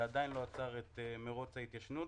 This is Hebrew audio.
זה עדיין לא עצר את מרוץ ההתיישנות.